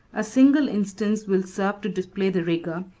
a single instance will serve to display the rigor,